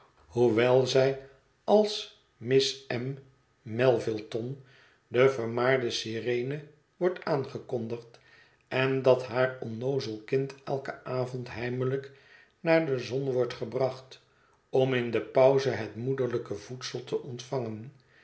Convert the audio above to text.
hoewel zij als miss m melvilleton de vermaarde sirene wordt aangekondigd en dat haar onnoozel kind eiken avond heimelijk naar de zon wordt gebracht om in de pauze het moederlijke voedsel te ontvangen